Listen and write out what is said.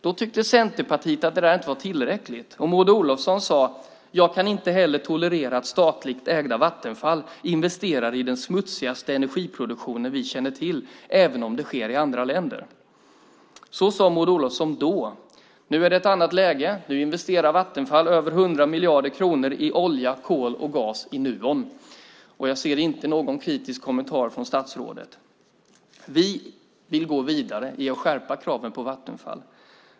Då tyckte Centerpartiet att det inte var tillräckligt, och Maud Olofsson sade: Jag kan inte heller tolerera att statligt ägda Vattenfall investerar i den smutsigaste energiproduktion vi känner till, även om det sker i andra länder. Så sade Maud Olofsson då. Nu är det ett annat läge. Nu investerar Vattenfall över 100 miljarder kronor i olja, kol och gas i Nuon, och jag ser inte någon kritisk kommentar från statsrådet. Vi vill gå vidare i att skärpa kraven på Vattenfall.